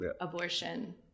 abortion